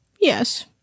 Yes